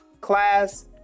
class